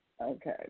Okay